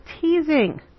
teasing